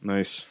Nice